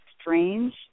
strange